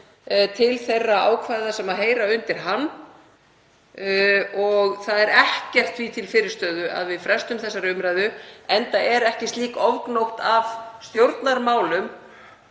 til þeirra ákvæða sem heyra undir hann. Það er ekkert því til fyrirstöðu að við frestum þessari umræðu, enda er ekki slík ofgnótt af stjórnarmálum